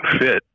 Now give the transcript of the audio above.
fit